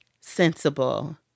sensible